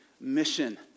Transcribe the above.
mission